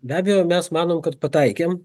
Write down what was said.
be abejo mes manom kad pataikėm